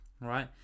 right